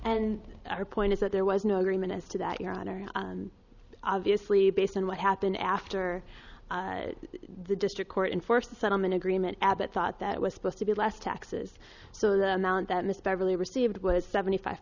and our point is that there was no agreement as to that your honor obviously based on what happened after the district court enforced settlement agreement abbott thought that was supposed to be less taxes so the amount that miss beverly received was seventy five